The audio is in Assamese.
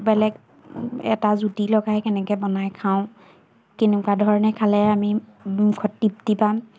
বেলেগ এটা জুতি লগাই কেনেকৈ বনাই খাওঁ কেনেকুৱা ধৰণে খালে আমি মুখত তৃপ্তি বা